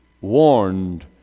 warned